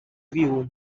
view